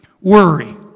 Worry